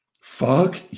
Fuck